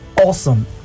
awesome